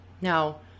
Now